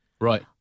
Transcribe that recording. Right